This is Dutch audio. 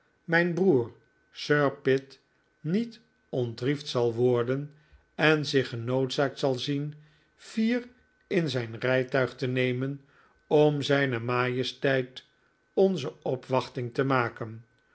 mijn broer sir pitt niet ontriefd zal worden en zich genoodzaakt zal zien vier in zijn rijtuig te nemen om zijne majesteit onze opwachting te maken